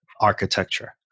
architecture